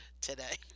today